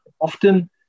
often